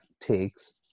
takes